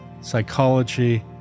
psychology